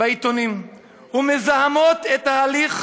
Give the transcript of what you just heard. בעיתונים ומזהמות את ההליך